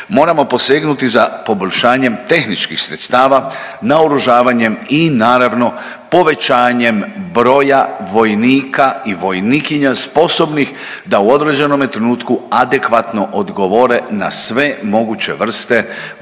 moramo posegnuti za poboljšanjem tehničkih sredstava naoružavanjem i naravno povećanjem broja vojnika i vojnikinja sposobnih da u određenome trenutku adekvatno odgovore na sve moguće vrste vojnih